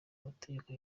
mategeko